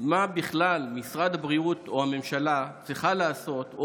מה בכלל משרד הבריאות או הממשלה צריך לעשות או